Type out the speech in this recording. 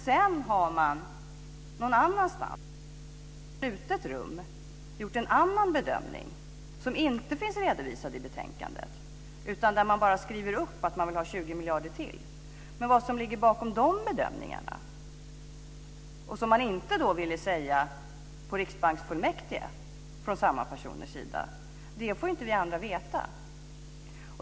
Sedan har man någon annanstans, i något slutet rum, gjort en annan bedömning, en bedömning som inte finns redovisad i betänkandet. Där skriver man bara upp att man vill ha 20 miljarder till. Men vad som ligger bakom de bedömningarna, som samma personer inte ville säga något om på Riksbanksfullmäktige, det får inte vi andra veta.